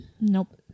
Nope